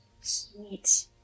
sweet